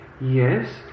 Yes